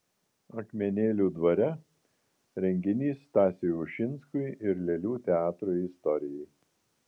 akmenėlių dvare renginys stasiui ušinskui ir lėlių teatro istorijai